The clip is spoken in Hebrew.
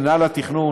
רבותי,